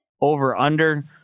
over-under